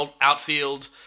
Outfield